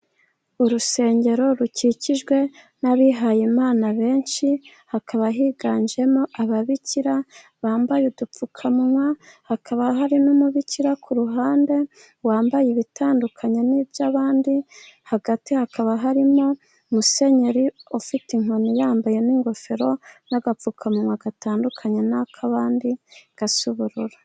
Urusengero rukikijwe n'abihayimana benshi, hakaba higanjemo ababikira bambaye udupfukamunwa. Hakaba hari n'umubikira ku ruhande wambaye ibitandukanye n'iby'abandi. Hagati hakaba harimo Musenyeri ufite inkoni, yambaye n'ingofero n'agapfukamunwa gatandukanye n'ak'abandi, gasa ubururu.